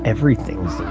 Everything's